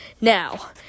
Now